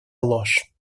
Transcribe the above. ложь